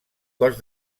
cos